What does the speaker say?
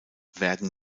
werden